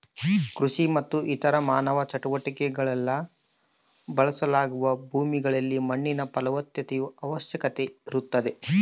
ಕೃಷಿ ಮತ್ತು ಇತರ ಮಾನವ ಚಟುವಟಿಕೆಗುಳ್ಗೆ ಬಳಸಲಾಗುವ ಭೂಮಿಗಳಲ್ಲಿ ಮಣ್ಣಿನ ಫಲವತ್ತತೆಯ ಅವಶ್ಯಕತೆ ಇರುತ್ತದೆ